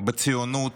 בציונות